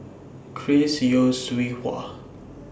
Chris Yeo Siew Hua